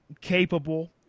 capable